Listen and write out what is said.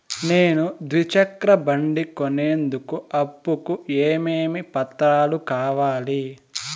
నేను ద్విచక్ర బండి కొనేందుకు అప్పు కు ఏమేమి పత్రాలు కావాలి?